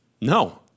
No